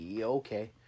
Okay